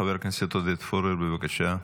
חבר הכנסת עודד פורר, בבקשה.